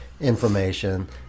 information